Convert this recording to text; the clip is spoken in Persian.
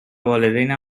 والدینم